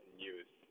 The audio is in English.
news